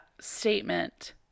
statement